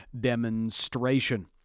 demonstration